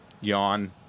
yawn